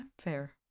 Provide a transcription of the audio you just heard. fair